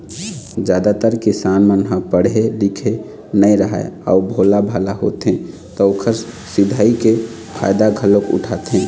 जादातर किसान मन ह पड़हे लिखे नइ राहय अउ भोलाभाला होथे त ओखर सिधई के फायदा घलोक उठाथें